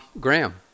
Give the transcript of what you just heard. Graham